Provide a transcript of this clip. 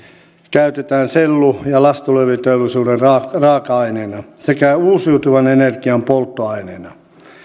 käytetään sellu ja lastulevyteollisuuden raaka raaka aineina sekä uusiutuvan energian polttoaineena